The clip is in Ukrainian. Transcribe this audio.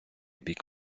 бік